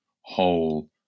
whole